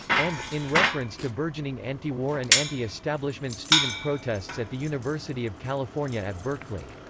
and, in reference to burgeoning anti-war and anti-establishment student protests at the university of california at berkeley,